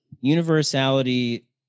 universality